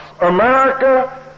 America